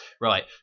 Right